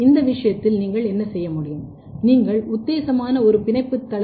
இந்த விஷயத்தில் நீங்கள் என்ன செய்ய முடியும் நீங்கள் உத்தேசமான ஒரு பிணைப்பு தள டி